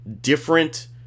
different